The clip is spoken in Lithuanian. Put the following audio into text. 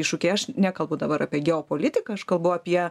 iššūkiai aš nekalbu dabar apie geopolitiką aš kalbu apie